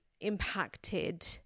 impacted